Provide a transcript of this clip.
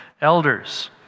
elders